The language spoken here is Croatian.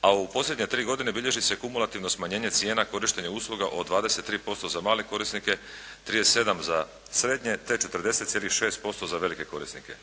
a u posljednje 3 godine bilježi se kumulativno smanjenje cijena korištenja usluga od 23% za male korisnike, 37 za srednje te 40,6% za velike korisnike.